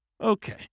Okay